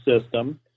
system